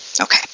Okay